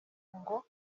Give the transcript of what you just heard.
ngo